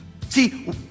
see